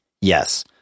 Yes